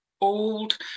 old